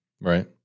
Right